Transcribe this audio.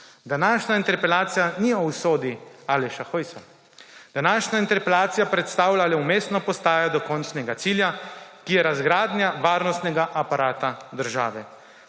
Današnja interpelacija ni o usodi Aleša Hojsa. Današnja interpelacija predstavlja le vmesno postajo do končnega cilja, ki je razgradnja varnostnega aparata države.